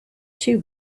too